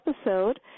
episode